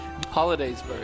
Holidaysburg